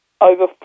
over